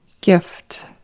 gift